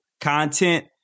content